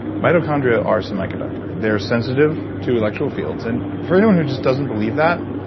mitochondria are semiconductive. they're sensitive to electrical fields and for anyone who just doesn't believe that,